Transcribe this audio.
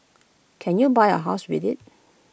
can you buy A house with IT